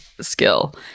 skill